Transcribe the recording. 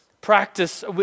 practice